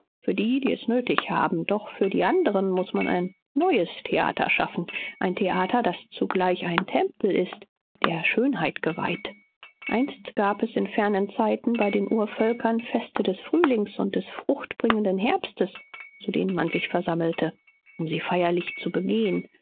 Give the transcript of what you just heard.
für die die es nötig haben doch für die anderen muß man ein neues theater schaffen ein theater das zugleich ein tempel ist der schönheit geweiht einst gab es in fernen zeiten bei den urvölkern feste des frühlings und des fruchtbringenden herbstes zu denen man sich versammelte um sie feierlich zu begehen